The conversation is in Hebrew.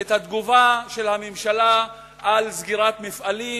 את התגובה של הממשלה על סגירת מפעלים